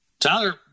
Tyler